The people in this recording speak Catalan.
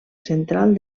central